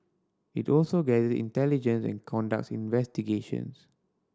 it also gather intelligence and conducts investigations